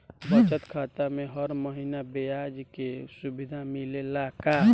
बचत खाता में हर महिना ब्याज के सुविधा मिलेला का?